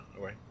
okay